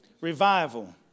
Revival